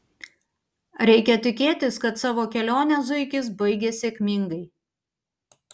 reikia tikėtis kad savo kelionę zuikis baigė sėkmingai